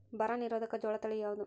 ಬರ ನಿರೋಧಕ ಜೋಳ ತಳಿ ಯಾವುದು?